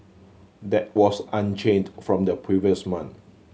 that was unchanged from the previous month